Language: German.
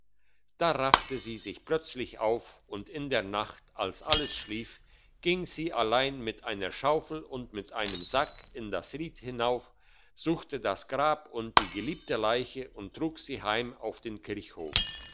da raffte sie sich plötzlich auf und in der nacht als alles schlief ging sie allein mit einer schaufel und mit einem sack in das ried hinauf suchte das grab und die geliebte leiche und trug sie heim auf den kirchhof